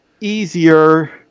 easier